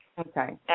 Okay